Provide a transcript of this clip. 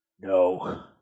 No